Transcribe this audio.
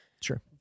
Sure